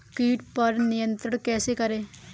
कीट पर नियंत्रण कैसे करें?